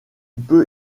peut